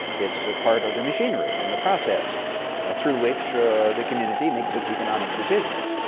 it's the part of the machinery and the process through which the community makes its economic decisions.